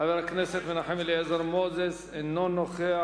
חבר הכנסת מנחם אליעזר מוזס, אינו נוכח.